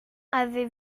avez